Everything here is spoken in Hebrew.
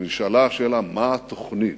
ונשאלה השאלה מה התוכנית.